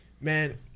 Man